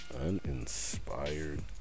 Uninspired